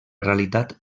realitat